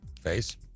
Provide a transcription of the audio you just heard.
face